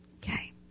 Okay